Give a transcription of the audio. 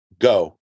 Go